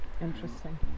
interesting